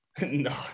no